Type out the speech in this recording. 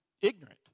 ignorant